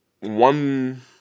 one